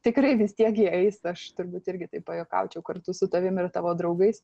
tikrai vis tiek jie eis aš turbūt irgi taip pajuokaučiau kartu su tavim ir tavo draugais